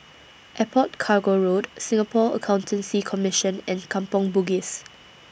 Airport Cargo Road Singapore Accountancy Commission and Kampong Bugis